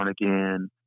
again